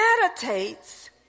meditates